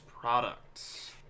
products